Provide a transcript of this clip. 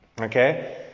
Okay